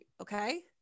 okay